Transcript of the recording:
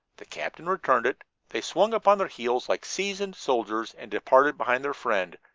the captain returned it, they swung upon their heels like seasoned soldiers and departed behind their friend,